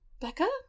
Becca